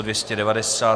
290.